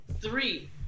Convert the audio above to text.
three